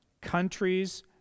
countries